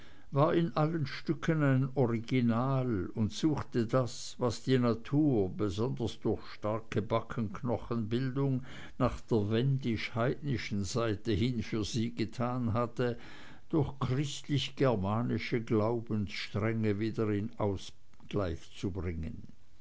war in allen stücken ein original und suchte das was die natur besonders durch starke backenknochenbildung nach der wendisch heidnischen seite hin für sie getan hatte durch christlich germanische glaubensstrenge wieder in ausgleich zu bringen